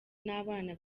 n’abana